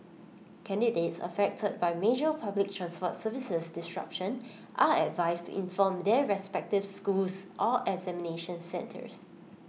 candidates affected by major public transport service disruption are advised to inform their respective schools or examination centres